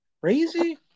crazy